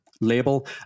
label